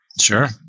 Sure